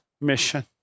mission